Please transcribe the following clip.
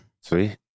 Sweet